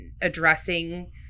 addressing